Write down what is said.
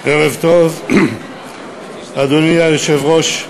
ערב טוב, אדוני היושב-ראש,